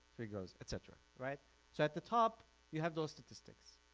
three girls, etc. right so at the top you have those statistics,